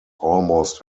almost